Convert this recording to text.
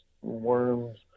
worms